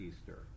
Easter